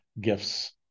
gifts